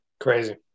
Crazy